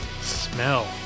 Smell